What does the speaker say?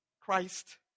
Christ